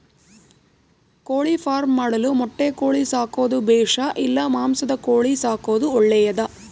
ಕೋಳಿಫಾರ್ಮ್ ಮಾಡಲು ಮೊಟ್ಟೆ ಕೋಳಿ ಸಾಕೋದು ಬೇಷಾ ಇಲ್ಲ ಮಾಂಸದ ಕೋಳಿ ಸಾಕೋದು ಒಳ್ಳೆಯದೇ?